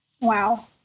Wow